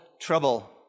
trouble